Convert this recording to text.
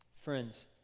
friends